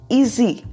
easy